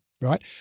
right